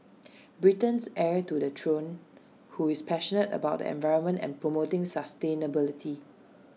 Britain's heir to the throne who is passionate about the environment and promoting sustainability